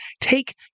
take